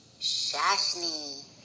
Shashni